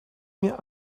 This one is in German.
mir